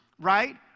right